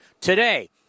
today